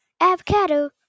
Avocado